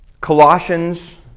Colossians